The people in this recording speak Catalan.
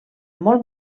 molt